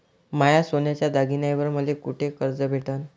माया सोन्याच्या दागिन्यांइवर मले कुठे कर्ज भेटन?